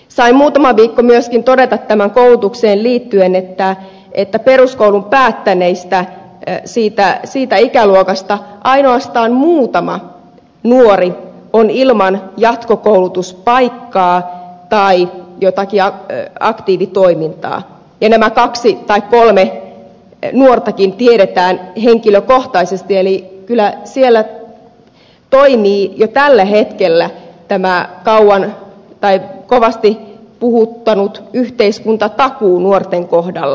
sain muutama viikko sitten myöskin todeta tähän koulutukseen liittyen että peruskoulun päättäneiden ikäluokasta ainoastaan muutama nuori on ilman jatkokoulutuspaikkaa tai jotakin aktiivitoimintaa ja nämäkin kaksi tai kolme nuorta tiedetään henkilökohtaisesti eli kyllä siellä toimii jo tällä hetkellä tämä kauan tai kovasti puhuttanut yhteiskuntatakuu nuorten kohdalla